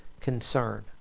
concern